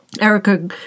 Erica